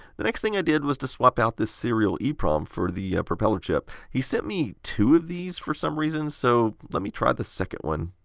the next thing i did was swap out this serial eprom for the propeller chip. he sent me two of these for some reason, so let me try the second one.